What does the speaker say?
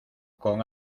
con